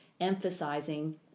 emphasizing